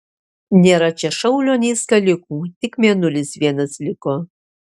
nėr čia šaulio nei skalikų tik mėnulis vienas liko